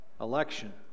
election